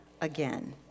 again